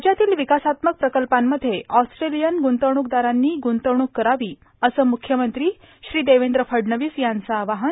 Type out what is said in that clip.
राज्यातील र्वकासात्मक प्रकल्पांमध्ये ऑस्ट्रोलयन ग्रंतवणूकदारांनी ग्रंतवणूक करावी असं मुख्यमंत्री श्री देवद्र फडणवीस यांचं आवाहन